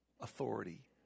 authority